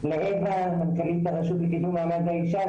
ולאווה מנכ"לית הרשות לקידום מעמד האישה.